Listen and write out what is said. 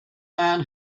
man